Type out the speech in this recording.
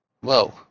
Whoa